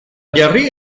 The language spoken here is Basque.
jarri